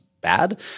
bad